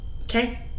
Okay